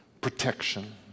protection